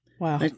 Wow